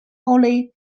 only